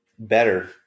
better